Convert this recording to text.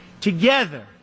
together